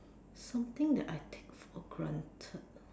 something that I take it for granted